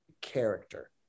character